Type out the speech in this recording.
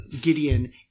Gideon